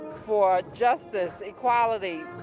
for justice, equality,